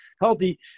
healthy –